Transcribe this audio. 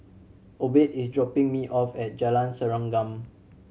Obed is dropping me off at Jalan Serengam